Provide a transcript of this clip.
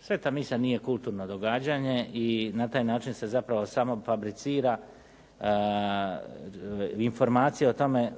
Sveta misa nije kulturno događanje i na taj način se zapravo samo fabricira informacija o tome